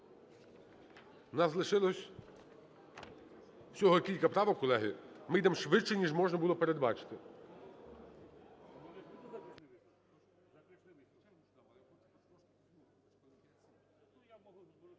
В нас лишилось всього кілька правок, колеги. Ми йдемо швидше, ніж можна було передбачити.